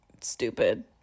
stupid